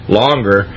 longer